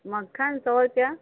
मक्खन सौ रुपया